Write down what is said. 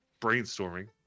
brainstorming